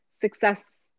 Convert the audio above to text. success